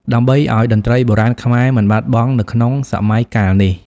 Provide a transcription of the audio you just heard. ដើម្បីឲ្យតន្ត្រីបុរាណខ្មែរមិនបាត់បង់នៅក្នុងសម័យកាលនេះ។